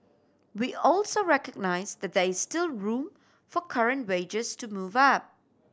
we also recognised that there is still room for current wages to move up